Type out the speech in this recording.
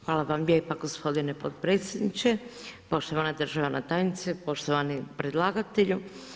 Hvala vam lijepa gospodine podpredsjedniče, poštovana državna tajnice, poštovani predlagatelju.